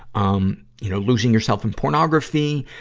um, you know, losing yourself in pornography,